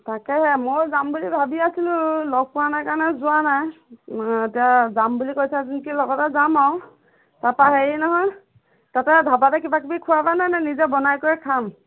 তাকেহে ময়ো যাম বুলি ভাবি আছিলোঁ লগ পোৱা নাই কাৰণে যোৱা নাই এতিয়া যাম বুলি কৈছা যদি লগতে যাম আৰু তাপা হেৰি নহয় তাতে ধাবাতে কিবাকিবি খোৱাবানে নে নিজে বনাই কৰি খাম